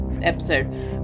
episode